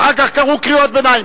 ואחר כך קראו קריאות ביניים.